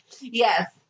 Yes